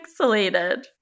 pixelated